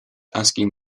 asking